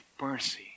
mercy